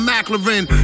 McLaren